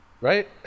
Right